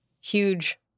huge